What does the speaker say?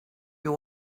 you